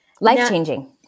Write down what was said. Life-changing